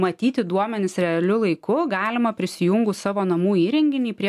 numatyti duomenys realiu laiku galima prisijungus savo namų įrenginį prie